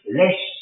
less